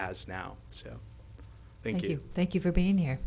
has now so thank you thank you for being here